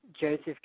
Joseph